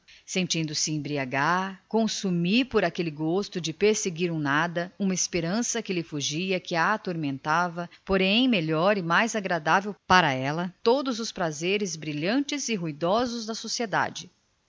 sentindo-se embriagar consumir absorver por aquela loucura de perseguir um nada uma esperança que lhe fugia que a atormentava porém melhor e mais deliciosa para ela que os melhores e mais brilhantes prazeres da sociedade